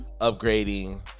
upgrading